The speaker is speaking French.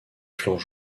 flancs